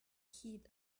heat